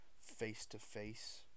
face-to-face